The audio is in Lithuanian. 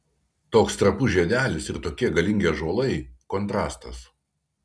toks trapus žiedelis ir tokie galingi ąžuolai kontrastas